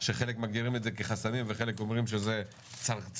שחלק מגדירים כחסמים וחלק אומרים שזה צרכים,